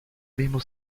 mismo